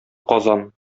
казан